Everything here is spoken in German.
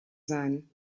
sein